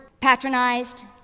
patronized